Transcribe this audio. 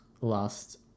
last